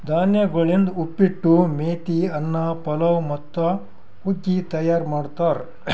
ಧಾನ್ಯಗೊಳಿಂದ್ ಉಪ್ಪಿಟ್ಟು, ಮೇತಿ ಅನ್ನ, ಪಲಾವ್ ಮತ್ತ ಹುಗ್ಗಿ ತೈಯಾರ್ ಮಾಡ್ತಾರ್